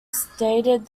stated